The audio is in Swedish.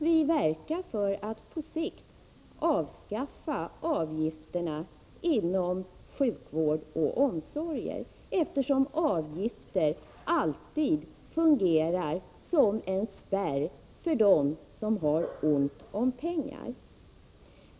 Vi verkar för att på sikt avskaffa avgifterna inom sjukvård och omsorg, eftersom avgifter alltid fungerar som en spärr för dem som har ont om pengar.